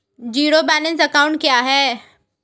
Zero balance account क्या है?